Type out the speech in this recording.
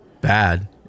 bad